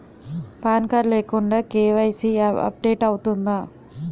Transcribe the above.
Pan card లేకుండా KYC update అవుతుందా?